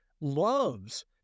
loves